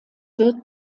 wird